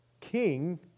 king